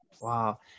Wow